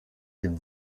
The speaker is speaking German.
dem